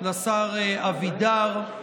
לשר אבידר.